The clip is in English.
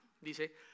dice